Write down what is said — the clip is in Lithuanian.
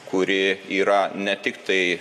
kuri yra ne tik tai